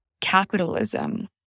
capitalism